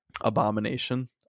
Abomination